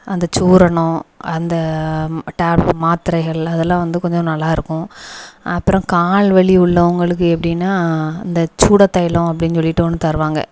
அந்த சூரணம் அந்த டேபு மாத்திரைகள் அதெல்லாம் வந்து கொஞ்சம் நல்லாயிருக்கும் அப்பறம் கால் வலி உள்ளவங்களுக்கு எப்படின்னா இந்த சூட தைலம் அப்படின்னு சொல்லிட்டு ஒன்று தருவாங்க